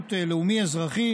בשירות לאומי אזרחי